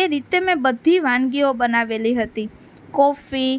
એ રીતે મેં બધી વાનગીઓ બનાવેલી હતી કોફી